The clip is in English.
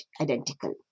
identical